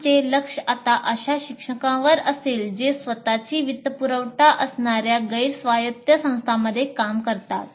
आमचे लक्ष आता अशा शिक्षकांवर असेल जे स्वत ची वित्तपुरवठा असणाऱ्या गैर स्वायत्त संस्थांमध्ये काम करतात